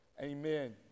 amen